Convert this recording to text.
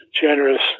generous